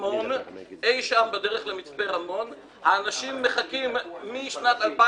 עבד אל חכים חאג'